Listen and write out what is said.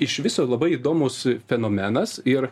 iš viso labai įdomus fenomenas ir